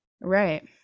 right